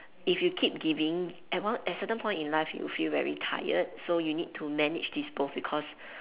if you keep giving at one at certain point in life you would feel very tired so you need to manage this both because